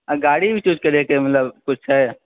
आ गाड़ी भी चूज करैके मतलब किछु छै